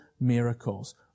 miracles